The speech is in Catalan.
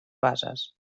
bases